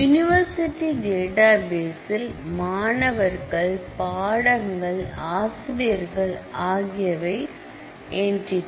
university டேட்டாபேஸில் மாணவர்கள் பாடங்கள் ஆசிரியர்கள் ஆகியவை என் டி டி